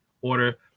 order